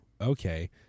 okay